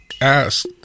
asked